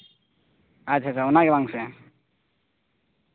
ᱟᱪᱪᱷᱟ ᱟᱪᱪᱷᱟ ᱚᱱᱟᱜᱮ ᱵᱟᱝ ᱥᱮ